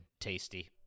Tasty